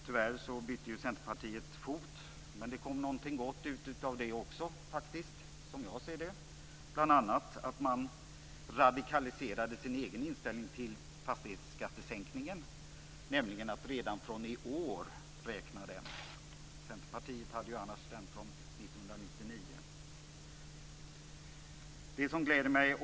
Tyvärr bytte ju Centerpartiet fot, men det kom faktiskt någonting gott ut utav det också, som jag ser det. Bl.a. radikaliserade man sin egen inställning till fastighetsskattesänkningen, nämligen att den skall gälla redan från i år. Centerpartiet ville ju tidigare att den skulle gälla från 1999.